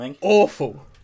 awful